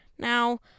now